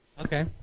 Okay